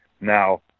Now